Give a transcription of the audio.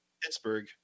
Pittsburgh